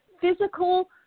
physical